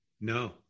no